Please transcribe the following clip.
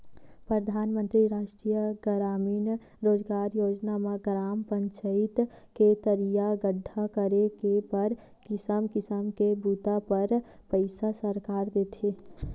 परधानमंतरी रास्टीय गरामीन रोजगार योजना म ग्राम पचईत म तरिया गड्ढ़ा करे के बर किसम किसम के बूता बर पइसा सरकार देथे